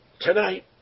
tonight